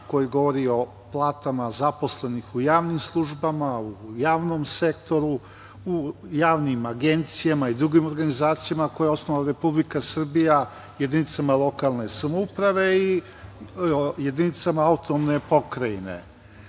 koji govore o platama zaposlenih u javnim službama, u javnom sektoru, u javnim agencijama i drugim organizacijama koje je osnovala Republika Srbija u jedinicama lokalne samouprave i jedinicama autonomne pokrajine. Ovaj